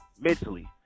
Mentally